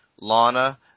Lana